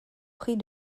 prix